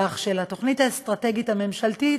כך שלתוכנית האסטרטגית הממשלתית